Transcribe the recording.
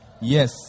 Yes